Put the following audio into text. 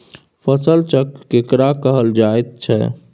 फसल चक्र केकरा कहल जायत छै?